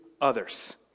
others